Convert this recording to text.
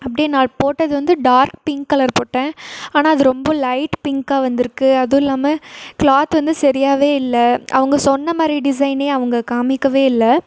அப்படியே நான் போட்டது வந்து டார்க் பிங்க் கலர் போட்டேன் ஆனால் அது ரொம்ப லைட் பிங்க்காக வந்துருக்குது அதுவும் இல்லாமல் கிளாத் வந்து சரியாகவே இல்லை அவங்க சொன்ன மாதிரி டிசைனே அவங்க காண்மிக்கவே இல்லை